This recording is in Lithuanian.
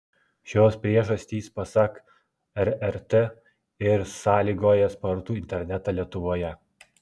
šios priežastys pasak rrt ir sąlygoja spartų internetą lietuvoje